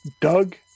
Doug